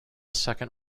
second